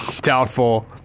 doubtful